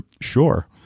sure